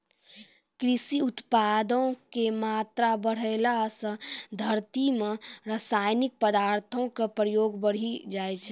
कृषि उत्पादो के मात्रा बढ़ैला से धरती मे रसायनिक पदार्थो के प्रयोग बढ़ि जाय छै